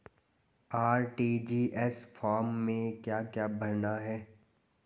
RTGS form में क्या क्या भरना है?